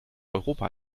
europa